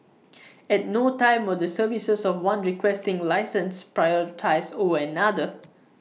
at no time were the services of one Requesting Licensee prioritised over another